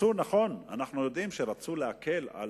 נכון, אנחנו יודעים שרצו להקל את